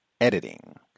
Editing